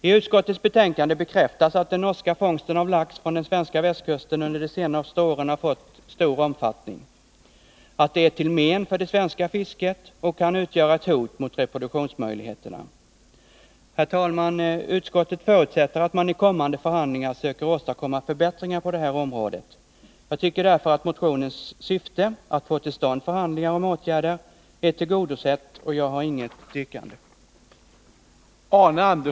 I utskottets betänkande bekräftas att den norska fångsten av lax från den svenska västkusten under de senaste åren har fått stor omfattning, att det är till men för det svenska fisket och kan utgöra ett hot mot reproduktionsmöjligheterna. Herr talman! Utskottet förutsätter att man i kommande förhandlingar söker åstadkomma förbättringar på det här området. Jag tycker därför att motionens syfte, att få till stånd förhandlingar om åtgärder, är tillgodosett, och jag har inget yrkande.